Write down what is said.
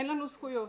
אין לנו זכויות.